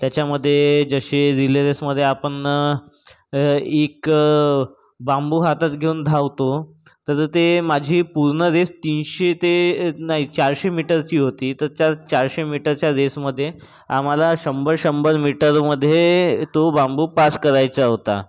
त्याच्यामध्ये जसे रिले रेसमध्ये आपण एक बांबू हातात घेऊन धावतो तर ते माझी पूर्ण रेस तीनशे ते नाही चारशे मीटरची होती तर त्या चारशे मीटरच्या रेसमध्ये आम्हाला शंभर शंभर मीटरमध्ये तो बांबू पास करायचा होता